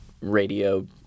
Radio